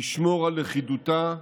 ולשמור על לכידותה,